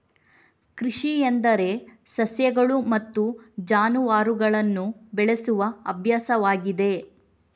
ಕೃಷಿ ಎಂದರೆ ಸಸ್ಯಗಳು ಮತ್ತು ಜಾನುವಾರುಗಳನ್ನು ಬೆಳೆಸುವ ಅಭ್ಯಾಸವಾಗಿದೆ